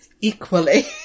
equally